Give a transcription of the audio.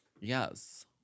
Yes